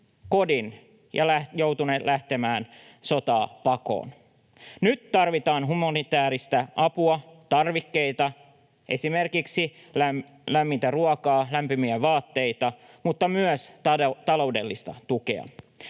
ja joutuneet lähtemään sotaa pakoon. Nyt tarvitaan humanitääristä apua, tarvikkeita, esimerkiksi lämmintä ruokaa ja lämpimiä vaatteita, mutta myös taloudellista tukea.